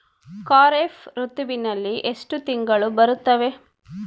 ಖಾರೇಫ್ ಋತುವಿನಲ್ಲಿ ಎಷ್ಟು ತಿಂಗಳು ಬರುತ್ತವೆ?